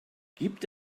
gibt